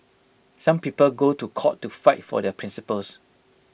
some people go to court to fight for their principles